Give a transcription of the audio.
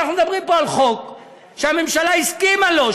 אנחנו מדברים פה על חוק שהממשלה הסכימה לו,